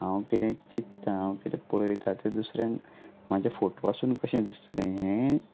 हांव कितें चित्तां हांव कितें पळयता तें दुसऱ्यांक म्हाजे फोटोवासून कशें दिसतलें हें